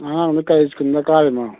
ꯑꯉꯥꯡꯗꯨ ꯀꯔꯤ ꯁ꯭ꯀꯨꯜꯗ ꯀꯥꯔꯤꯅꯣ